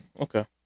Okay